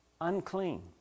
unclean